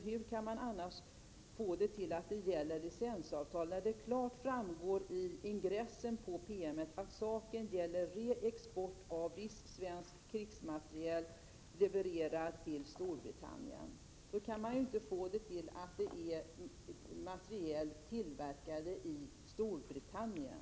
Hur kan han annars få det till att det gäller licensavtal när det klart framgår av ingressen på promemorian att saken gäller reexport av viss svensk krigsmateriel levererad till Storbritannien? Då kan man väl inte få det till att det är materiel tillverkad i Storbritannien!